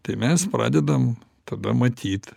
tai mes pradedam tada matyt